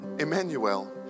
Emmanuel